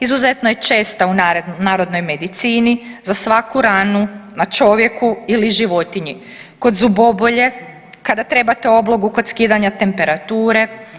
Izuzetno je česta u narodnoj medicini za svaku ranu na čovjeku ili životinji, kod zubobolje kada trebate oblogu kod skidanja temperature.